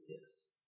Yes